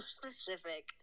specific